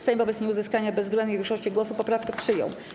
Sejm wobec nieuzyskania bezwzględnej większości głosów poprawkę przyjął.